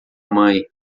mãe